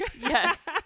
Yes